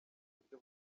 buryo